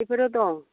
इफोरो दं